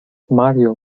mario